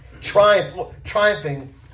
triumphing